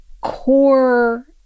core